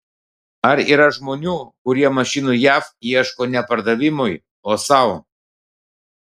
ar yra žmonių kurie mašinų jav ieško ne pardavimui o sau